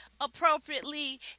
appropriately